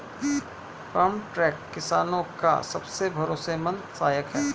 farm truck किसानो का सबसे भरोसेमंद सहायक है